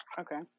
okay